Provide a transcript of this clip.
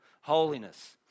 Holiness